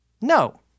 No